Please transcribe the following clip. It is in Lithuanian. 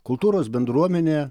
kultūros bendruomenė